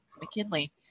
McKinley